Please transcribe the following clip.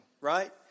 right